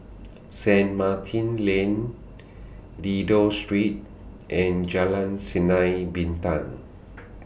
Saint Martin's Lane Dido Street and Jalan Sinar Bintang